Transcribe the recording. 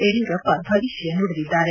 ಯಡಿಯೂರಪ್ಪ ಭವಿಷ್ಠ ನುಡಿದಿದ್ದಾರೆ